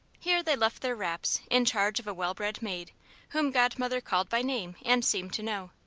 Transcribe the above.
here they left their wraps in charge of a well-bred maid whom godmother called by name and seemed to know.